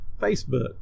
Facebook